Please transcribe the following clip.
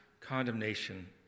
condemnation